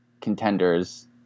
contenders